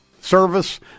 service